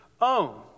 own